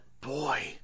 boy